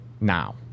now